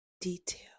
detail